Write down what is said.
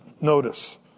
Notice